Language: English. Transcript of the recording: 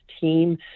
team